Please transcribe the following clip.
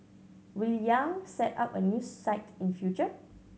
Will Yang set up a new site in future